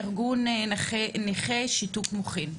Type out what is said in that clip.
ארגון נכי שיתוק מוחין,